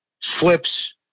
slips